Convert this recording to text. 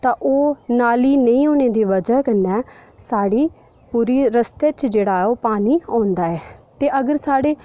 तां ओह् नाली नेईं होने दी बजह कन्नै साढ़ी पूरी रस्ते च जेह्ड़ा ओह् पानी औंदा ऐ ते अगर साढ़े